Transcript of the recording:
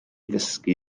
ddysgu